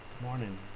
Morning